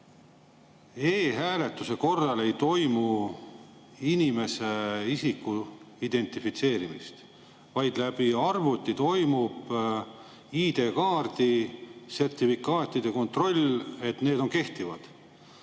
e‑hääletuse korral ei toimu inimese isiku identifitseerimist, vaid läbi arvuti toimub ID‑kaardi sertifikaatide kontroll, et kas need on kehtivad?